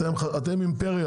אתם אימפריה,